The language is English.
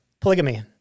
polygamy